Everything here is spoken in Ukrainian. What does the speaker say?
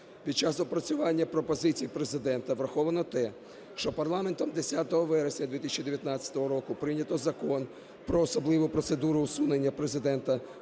Під час опрацювання пропозицій Президента враховано те, що парламентом, 10 вересня 2019 року прийнято Закон "Про особливу процедуру усунення Президента